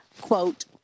quote